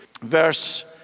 verse